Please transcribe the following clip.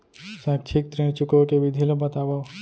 शैक्षिक ऋण चुकाए के विधि ला बतावव